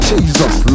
Jesus